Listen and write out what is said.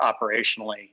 operationally